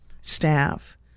staff